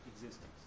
existence